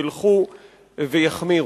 ילכו ויחמירו.